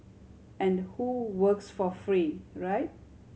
and who works for free right